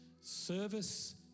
Service